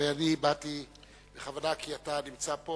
הרי אני באתי בכוונה כי אתה נמצא פה